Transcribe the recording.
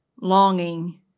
Longing